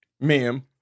ma'am